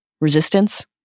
Resistance